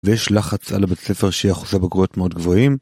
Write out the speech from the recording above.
ויש לחץ על הבית ספר שיהיה אחוזי בגרויות מאוד גבוהים.